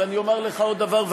אבל אני אומר לך עוד דבר,